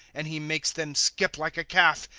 and he makes them skip like a calf,